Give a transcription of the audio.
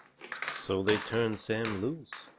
so they turned sam loose.